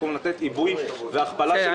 במקום לתת עיבוי והכפלה של הקווים העכשוויים.